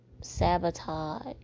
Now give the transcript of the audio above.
sabotage